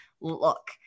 look